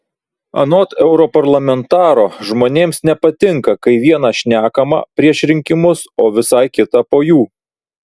anot europarlamentaro žmonėms nepatinka kai viena šnekama prieš rinkimus o visai kita po jų